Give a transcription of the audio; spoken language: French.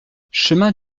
chemin